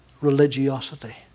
religiosity